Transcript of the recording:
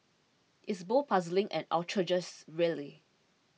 it's both puzzling and outrageous really